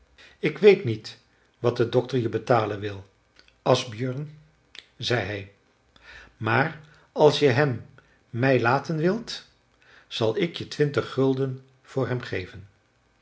ik weet niet wat de dokter je betalen wil asbjörn zei hij maar als je hem mij laten wilt zal ik je twintig gulden voor hem geven